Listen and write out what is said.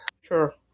Sure